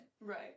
Right